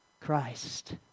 Christ